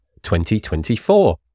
2024